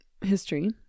history